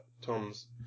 Tom's